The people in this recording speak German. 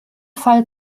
fall